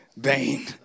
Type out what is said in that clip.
Bane